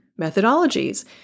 methodologies